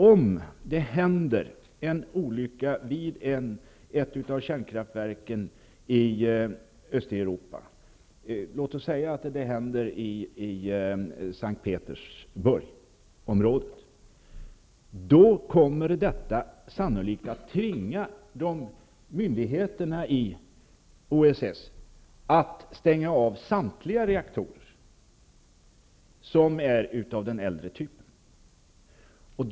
Om det händer en olycka vid ett av kärnkraftverken i Östeuropa, t.ex. i S:t Petersburgsområdet, kommer detta sannolikt att tvinga myndigheterna i OSS att stänga av samtliga reaktorer som är av den äldre typen.